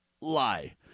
lie